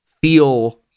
feel